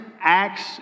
acts